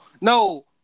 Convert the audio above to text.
No